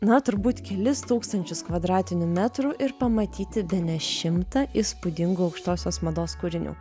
na turbūt kelis tūkstančius kvadratinių metrų ir pamatyti bene šimtą įspūdingų aukštosios mados kūrinių